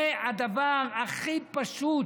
זה הדבר הכי פשוט